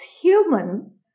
human